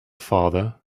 father